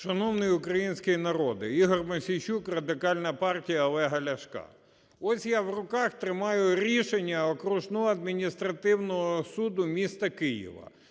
Шановний український народе! Ігор Мосійчук, Радикальна партія Олега Ляшка. Ось я в руках тримаю рішення окружного адміністративного суду міста Києва,